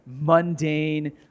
mundane